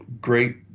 great